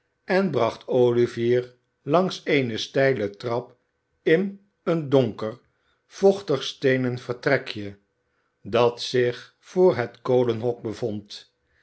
en bracht olivier langs eene steile trap in een donker vochtig steenen vertrekje dat zich voor het kolenhok bevond